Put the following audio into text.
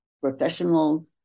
professional